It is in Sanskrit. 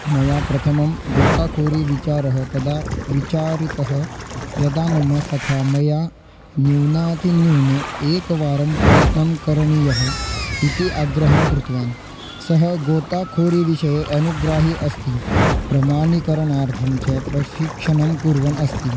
मया प्रथमं गोता खोरि विचारः तदा विचारितः यदा मम सखा मया न्यूनातिन्यूनम् एकवारं प्रयत्नं करणीयः इति अग्रहं कृतवान् सः गोताखोरि विषये अनुग्राही अस्ति प्रमाणीकरणार्थं च प्रशिक्षणं कुर्वन् अस्ति